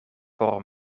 por